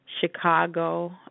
Chicago